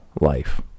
life